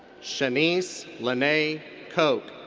shanice lynae coke.